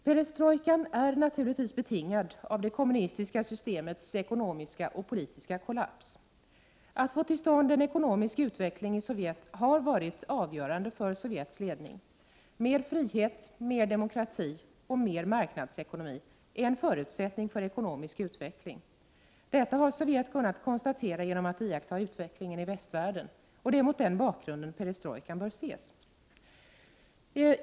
Perestrojkan är naturligtvis betingad av det kommunistiska systemets ekonomiska och politiska kollaps. Att få till stånd en ekonomisk utveckling i Sovjet har varit avgörande för Sovjets ledning. Mer frihet, mer demokrati och mer marknadsekonomi är en förutsättning för ekonomisk utveckling. Detta har Sovjet kunnat konstatera genom att iaktta utvecklingen i västvärlden. Det är mot den bakgrunden perestrojkan bör ses.